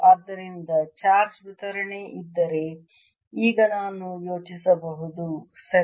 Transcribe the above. ಆದ್ದರಿಂದ ಚಾರ್ಜ್ ವಿತರಣೆ ಇದ್ದರೆ ಈಗ ನಾನು ಯೋಚಿಸಬಹುದು ಸರಿ